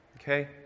Okay